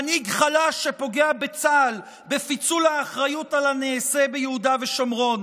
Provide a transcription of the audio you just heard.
מנהיג חלש שפוגע בצה"ל בפיצול האחריות על הנעשה ביהודה ושומרון.